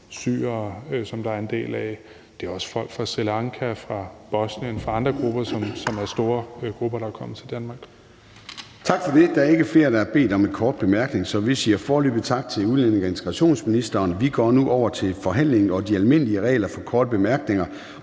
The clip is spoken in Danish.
syrere, som der er en del af, og det er også folk fra Sri Lanka og fra Bosnien og fra andre grupper, som er store grupper, der er kommet til Danmark. Kl. 16:16 Formanden (Søren Gade): Tak for det. Der er ikke flere, der har bedt om en kort bemærkning, så vi siger foreløbig tak til udlændinge- og integrationsministeren. Vi går nu over til forhandlingen og de almindelige regler for korte bemærkninger,